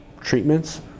treatments